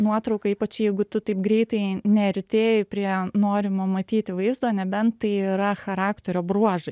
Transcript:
nuotrauką ypač jeigu tu taip greitai neartėji prie norimo matyti vaizdo nebent tai yra charakterio bruožai